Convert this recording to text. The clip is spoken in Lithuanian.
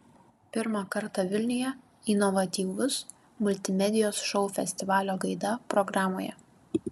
pirmą kartą vilniuje inovatyvus multimedijos šou festivalio gaida programoje